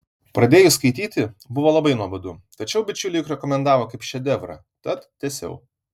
pradėjus skaityti buvo labai nuobodu tačiau bičiuliai juk rekomendavo kaip šedevrą tad tęsiau